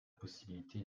possibilité